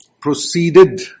proceeded